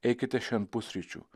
eikite šen pusryčių